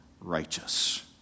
righteous